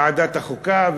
ועדת החוקה,